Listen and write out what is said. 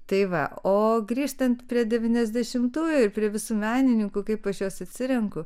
tai va o grįžtant prie devyniasdešimtųjų ir prie visų menininkų kaip aš juos atsirenku